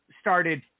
started